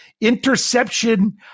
interception